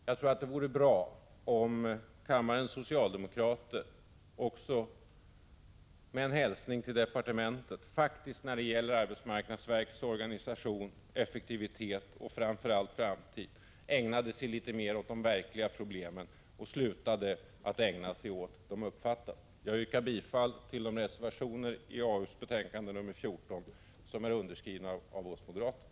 Jag tror det vore bra om kammarens socialdemokrater, också med en hälsning till departementet, när det gäller arbetsmarknadsverkets organisation, effektivitet och framför allt framtid ägnade sig litet mer åt de verkliga problemen och slutade att ägna sig åt de uppfattade. Jag yrkar bifall till de reservationer i arbetsmarknadsutskottets betänkande 14 som är underskrivna av oss moderater.